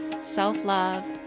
self-love